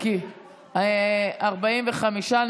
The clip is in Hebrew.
45 בעד.